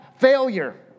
failure